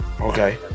okay